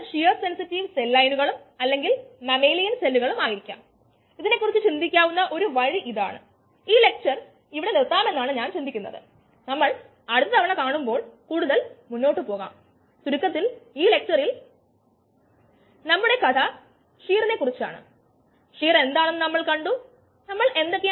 രൂപത്തിൽ ഇത് മോണോഡ് സമവാക്യവുമായി വളരെ സാമ്യമുള്ളതാണ് ഇത് വളർച്ചാ നിരക്കിന്റെ വ്യതിയാനത്തെ ഒരു സബ്സ്ട്രേറ്റ് സാന്ദ്രത ആയി പറയുന്നു ഇവിടെ ഇത് എൻസൈം വോളിയമെട്രിക് റേറ്റിന്റെ സബ്സ്ട്രേറ്റ് കോൺസെൻട്രേഷനിൽ നിന്നും ഉള്ള വ്യതിയാനം ആണ്